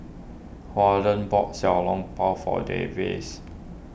Wardell bought Xiao Long Bao for Davies